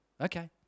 okay